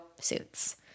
Suits